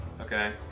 Okay